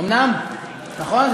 אומנם, נכון?